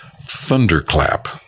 thunderclap